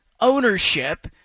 ownership